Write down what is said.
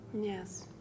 Yes